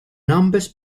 numbers